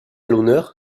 l’honneur